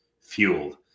fueled